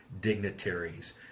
dignitaries